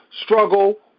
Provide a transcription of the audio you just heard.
struggle